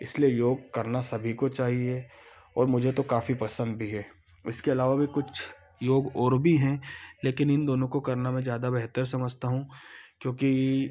इसलिए योग करना सभी को चाहिए और मुझे तो काफी पसंद भी है इसके अलावा भी कुछ योग और भी हैं लेकिन इन दोनों को करना मैं जादा बेहतर समझता हूँ क्योंकि